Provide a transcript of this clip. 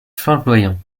flamboyant